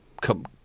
come